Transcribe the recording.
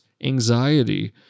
anxiety